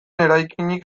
eraikinik